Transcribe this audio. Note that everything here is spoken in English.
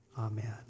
Amen